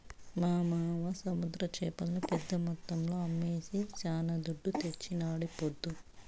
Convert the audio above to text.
మా మావ సముద్ర చేపల్ని పెద్ద మొత్తంలో అమ్మి శానా దుడ్డు తెచ్చినాడీపొద్దు